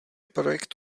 projekt